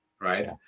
right